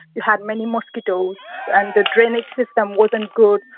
you had many mosquitoes and the drainage system wasn't good,